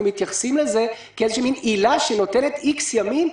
מתייחסים לזה כאיזושהי עילה שנותנת "איקס" ימים,